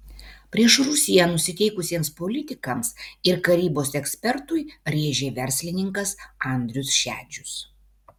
prieš rusiją nusiteikusiems politikams ir karybos ekspertui rėžė verslininkas andrius šedžius